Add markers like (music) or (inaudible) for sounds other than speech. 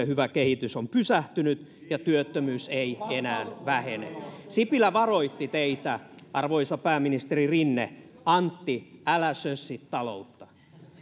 (unintelligible) hyvä kehitys on pysähtynyt ja työttömyys ei ei enää vähene sipilä varoitti teitä arvoisa pääministeri rinne antti älä sössi taloutta